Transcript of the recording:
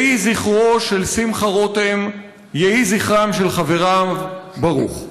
יהי זכרו של שמחה רותם ויהי זכרם של חבריו ברוך.